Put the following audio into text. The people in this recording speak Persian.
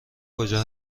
کجا